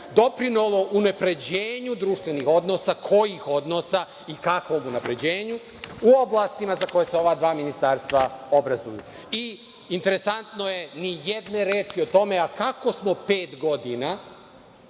doprinelo unapređenju društvenih odnosa, kojih odnosa i kakvom unapređenju, u oblastima za koja se ova dva ministarstva obrazuju. Interesantno je da nema nijedne reči o tome kako smo pet godina